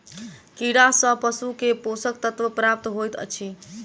कीड़ा सँ पशु के पोषक तत्व प्राप्त होइत अछि